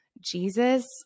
Jesus